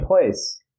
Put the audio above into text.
place